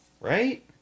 right